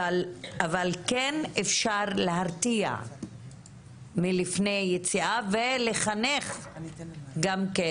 ולחנך גם כן שאנשים יבינו כמה המעשים שלהם עלולים להיות פוגעניים.